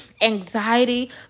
anxiety